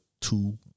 two